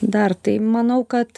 dar tai manau kad